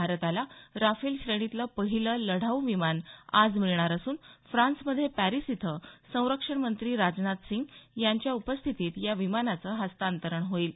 भारताला राफेल श्रेणीतलं पहिलं लढाऊ विमान आज मिळणार असून फ्रान्समध्ये पॅरीस इथं संरक्षणमंत्री राजनाथसिंह यांच्या उपस्थितीत या विमानाचं हस्तांतरण होईल